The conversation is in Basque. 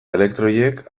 elektroiek